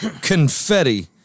confetti